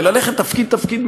וללכת תפקיד-תפקיד,